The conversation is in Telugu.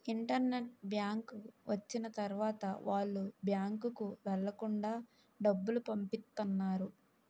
ఇంటర్నెట్ బ్యాంకు వచ్చిన తర్వాత వాళ్ళు బ్యాంకుకు వెళ్లకుండా డబ్బులు పంపిత్తన్నారు